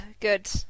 good